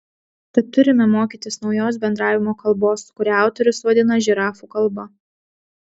tad turime mokytis naujos bendravimo kalbos kurią autorius vadina žirafų kalba